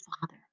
father